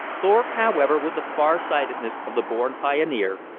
thorpe, however, with the far-sightedness of the born pioneer,